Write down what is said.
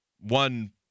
one